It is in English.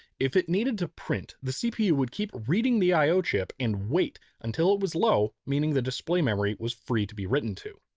if it needed to print, the cpu would keep reading the i o chip and wait until it was low meaning the display memory was free to be written to.